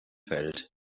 feld